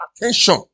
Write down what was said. attention